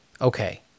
okay